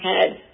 head